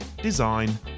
design